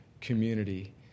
community